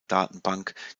datenbank